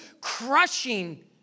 crushing